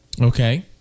Okay